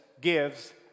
gives